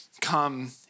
come